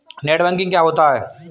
Net banking क्या होता है?